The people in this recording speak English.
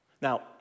Now